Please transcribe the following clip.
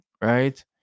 Right